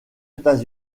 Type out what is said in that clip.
états